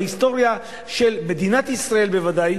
בהיסטוריה של מדינת ישראל בוודאי,